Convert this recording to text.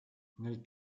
nel